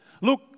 Look